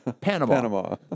Panama